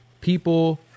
people